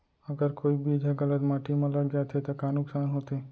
अगर कोई बीज ह गलत माटी म लग जाथे त का नुकसान होथे?